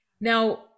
Now